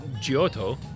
Giotto